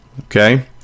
Okay